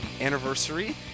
Anniversary